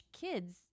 kids